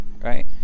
right